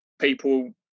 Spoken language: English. people